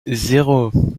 zéro